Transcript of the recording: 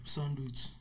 Sandwich